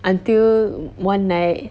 until one night